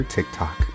TikTok